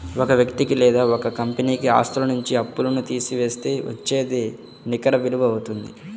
ఒక వ్యక్తి లేదా ఒక కంపెనీ ఆస్తుల నుంచి అప్పులను తీసివేస్తే వచ్చేదే నికర విలువ అవుతుంది